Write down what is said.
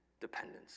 dependence